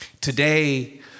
Today